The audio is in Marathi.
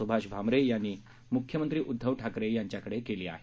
सुभाष भामरे यांनी मुख्यमंत्री उद्धव ठाकरे यांना केली आहे